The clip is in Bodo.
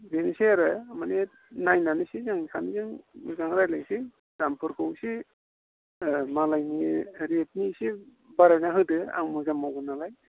बेनोसै आरो माने नायनानै एसे आं सानैजों मोजां रायज्लायनोसै दामफोरखौ एसे मालायनि रेटनि एसे बारायना होदो आं मोजां मावगोन नालाय